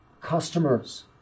customers